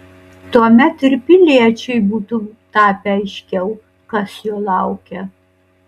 tuomet ir piliečiui būtų tapę aiškiau kas jo laukia